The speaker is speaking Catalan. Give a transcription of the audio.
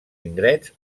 indrets